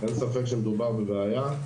אין ספק שמדובר בבעיה.